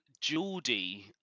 Geordie